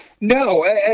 No